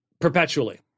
perpetually